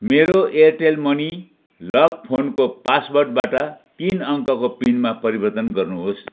मेरो Airtel money lock फोनको पासवर्डबाट तिन अङ्कको पिनमा परिवर्तन गर्नुहोस्